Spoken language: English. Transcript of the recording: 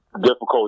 difficult